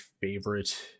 favorite